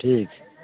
ठीक है